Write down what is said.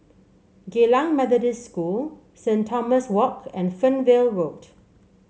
Geylang Methodist School Saint Thomas Walk and Fernvale Road